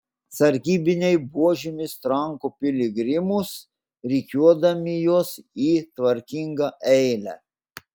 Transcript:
sargybiniai buožėmis tranko piligrimus rikiuodami juos į tvarkingą eilę